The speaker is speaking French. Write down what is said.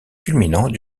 culminant